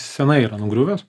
senai yra nugriuvęs